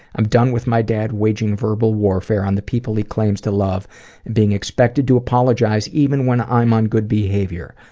i'm done with my dad waging verbal warfare on the people he claims to love, and being expected to apologize even when i'm on good behavior.